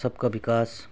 सबका विकास